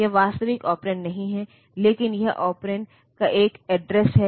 यह वास्तविक ऑपरेंड नहीं है लेकिन यह ऑपरेंड का एक एड्रेस है